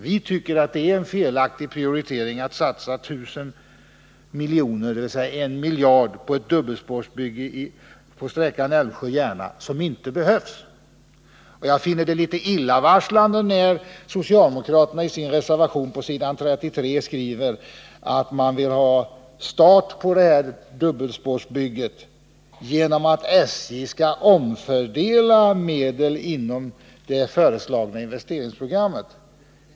Vi tycker det är en felaktig prioritering att satsa en miljard på ett dubbelspårsbygge på sträckan Älvsjö-Järna, där det inte behövs. Jag finner det litet illavarslande när socialdemokraterna i sin reservation, på s. 33, skriver att man vill få möjlighet att starta dubbelspårsbygget genom att SJ omfördelar medel inom det föreslagna investeringsprogrammet.